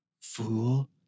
Fool